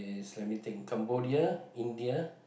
let me think Cambodia India